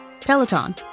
Peloton